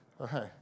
Okay